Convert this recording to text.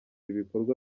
ibikorwa